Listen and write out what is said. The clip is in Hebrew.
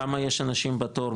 כמה אנשים יש בתור,